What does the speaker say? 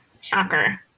shocker